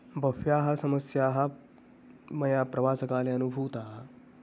बह्व्यः समस्याः मया प्रवासकाले अनुभूताः